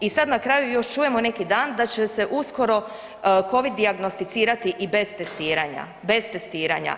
I sada na kraju još čujemo neki dan da će se uskoro covid dijagnosticirati i bez testiranja, bez testiranja.